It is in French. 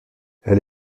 elle